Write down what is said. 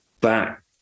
back